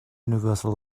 universal